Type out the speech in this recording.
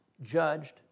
judged